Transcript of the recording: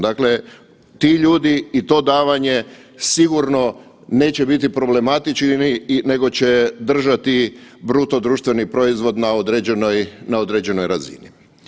Dakle, ti ljudi i to davanje sigurno neće biti problematični i nego će držati bruto društveni proizvod na određenoj razini.